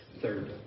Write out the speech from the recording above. Third